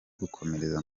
gukomereza